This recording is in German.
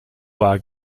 war